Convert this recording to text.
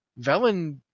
Velen